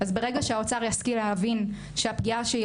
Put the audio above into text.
ברגע שהאוצר ישכיל להבין שהפגיעה שהוא